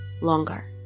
longer